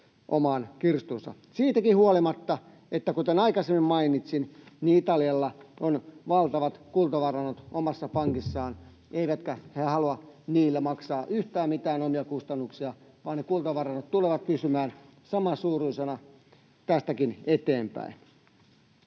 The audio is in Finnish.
siitäkin huolimatta, että — kuten aikaisemmin mainitsin — Italialla on valtavat kultavarannot omassa pankissaan eivätkä he halua niillä maksaa yhtään mitään omia kustannuksiaan, vaan ne kultavarannot tulevat pysymään samansuuruisina tästäkin eteenpäin.